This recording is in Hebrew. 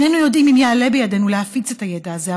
איננו יודעים אם יעלה בידינו להפיץ את הידע הזה,